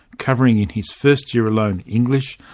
covering in his first year alone english,